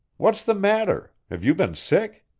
what's the matter? have you been sick?